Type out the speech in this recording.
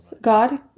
God